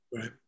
Right